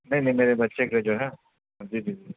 نہیں نہیں میرے بچے کا جو ہے جی جی جی